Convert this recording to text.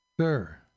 Sir